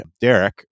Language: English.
Derek